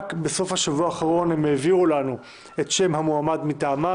רק בסוף השבוע האחרון הם העבירו לנו את שם המועמד מטעמם